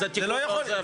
אז התיקון לא עוזר לכם.